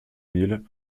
mille